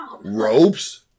ropes